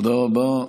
תודה רבה.